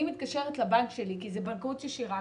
מתקשרת לבנק שלי כי זה בנקאות ישירה,